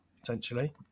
potentially